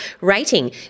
rating